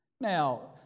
Now